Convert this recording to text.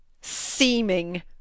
seeming